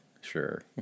sure